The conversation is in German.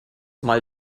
mal